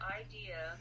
idea